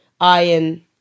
iron